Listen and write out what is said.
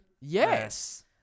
Yes